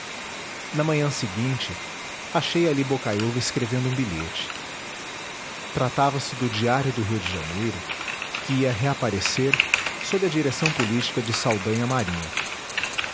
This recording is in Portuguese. na manhã seguinte achei ali bocaiúva escrevendo um bilhete tratava-se do diário do rio de janeiro que ia www nead unama br reaparecer sob a direção política de saldanha marinho